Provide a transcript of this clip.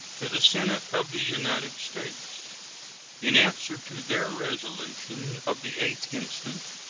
to the senate of the united states in answer to their resolution of the eighth instant,